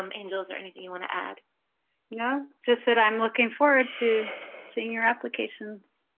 um angel is there anything you want to add no just that i'm looking forward to seeing your applications